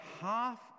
half